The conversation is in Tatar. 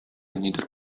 нидер